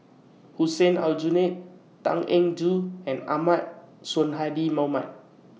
Hussein Aljunied Tan Eng Joo and Ahmad Sonhadji Mohamad